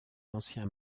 l’ancien